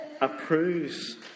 approves